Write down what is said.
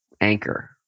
anchor